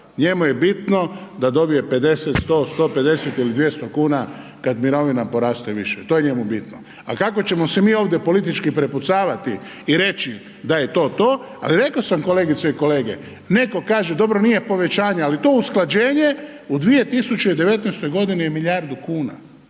njemu je bitno da dobije 50, 100, 150 ili 200 kuna kada mirovina poraste više, to je njemu bitno. A kako ćemo se mi ovdje politički prepucavati i reći da je to to, ali rekao sam kolegice i kolege neko kaže dobro nije povećanje ali to usklađenje u 2019. godini je milijardu kuna.